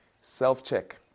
Self-check